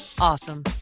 awesome